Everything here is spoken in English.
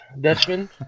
Dutchman